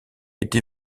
été